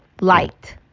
light